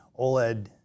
OLED